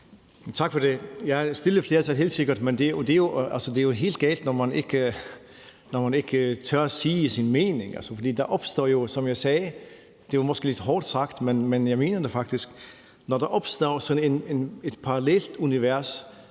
Tak for det. Ja, der er et stille flertal, helt sikkert, men det er jo helt galt, når man ikke tør sige sin mening, fordi der jo opstår, som jeg sagde – det var måske lidt hårdt sagt, men jeg mener det faktisk – sådan et parallelt univers,